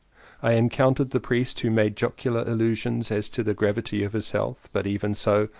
i encountered the priest who made jocular allusions as to the gravity of his health, but even so,